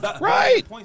right